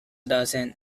dozen